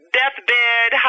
deathbed